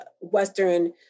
Western